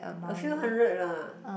a few hundred lah